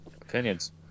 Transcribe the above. opinions